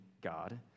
God